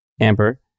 Amber